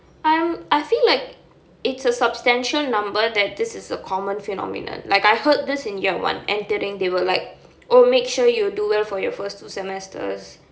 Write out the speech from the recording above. I'm I feel like it's a substantial number that this is a common phenomenon like I heard this in year one entering they were like oh make sure you do well for your first two semester because